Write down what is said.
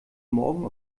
morgen